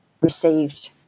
received